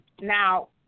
Now